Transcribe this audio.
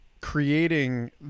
creating